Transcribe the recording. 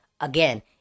Again